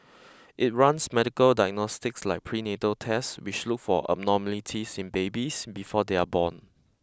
it runs medical diagnostics like prenatal test which look for abnormalities in babies before they are born